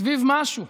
סביב משהו,